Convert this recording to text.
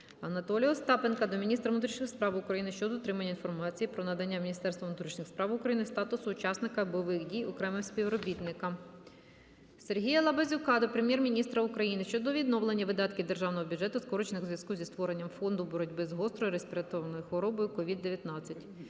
Анатолія Остапенка до міністра внутрішніх справ України щодо отримання інформації про надання Міністерством внутрішніх справах України статусу учасника бойових дій окремим співробітникам. Сергія Лабазюка до Прем'єр-міністра України щодо відновлення видатків державного бюджету, скорочених у зв'язку зі створенням фонду боротьби з гострою респіраторною хворобою COVID-19.